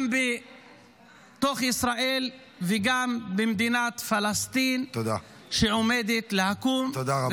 גם בתוך ישראל וגם במדינת פלסטין שעומדת לקום -- תודה רבה.